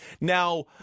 now